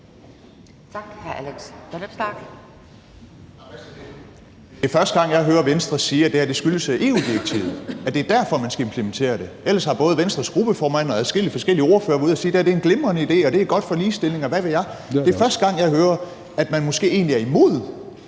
er første gang, jeg hører Venstre sige, at det her skyldes EU-direktivet; altså at det er derfor, man skal implementere det. Ellers har både Venstres gruppeformand og adskillige forskellige ordfører været ude at sige, at det her er en glimrende idé, at det er godt for ligestillingen, og hvad ved jeg. Det er første gang, jeg hører, at man måske egentlig er imod